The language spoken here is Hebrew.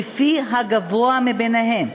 לפי הגבוה מהם.